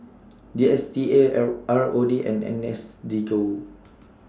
D S T A L R O D and N S D Go